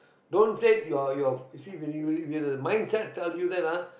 don't say you're you're you see when you when you have the mindset tells you that ah